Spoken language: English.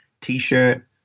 T-shirt